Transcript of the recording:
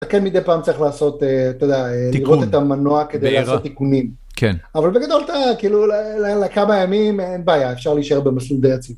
כן, מידי פעם צריך לעשות, אתה יודע, תיקון. לראות את המנוע בעירה כדי לעשות תיקונים. כן. אבל בגדול, כאילו, לכמה ימים אין בעיה, אפשר להישאר במסלול די יציב.